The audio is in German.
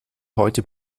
heute